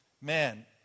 man